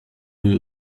you